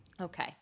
Okay